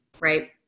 right